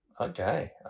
okay